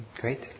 Great